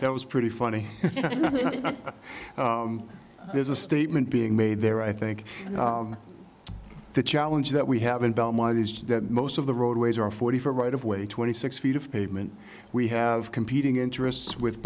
that was pretty funny there's a statement being made there i think the challenge that we have in belmont is that most of the roadways are forty four right of way twenty six feet of pavement we have competing interests with